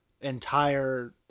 entire